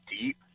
deep